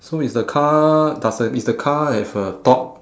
so is the car does the is the car have a top